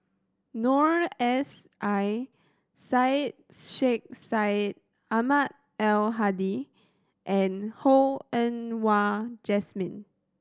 Noor S I Syed Sheikh Syed Ahmad Al Hadi and Ho Yen Wah Jesmine